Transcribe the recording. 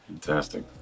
Fantastic